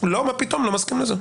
לא, מה פתאום, לא מסכים לזה.